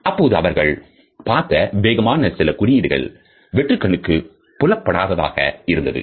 அப்போது அவர்கள் பார்த்த வேகமான சில குறியீடுகள் வெற்றுக் கண்ணுக்கு புலப்படாததாக இருந்தது